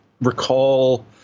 recall